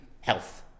health